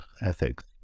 ethics